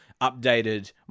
updated